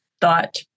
thought